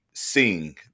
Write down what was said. sing